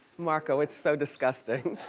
marco, it's so disgusting.